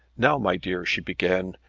now, my dear, she began,